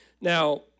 Now